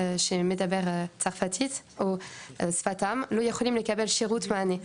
שמדברים צרפתית או את שפתם לא יכולים לקבל שירות ומענה.